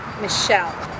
Michelle